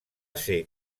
ser